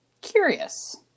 curious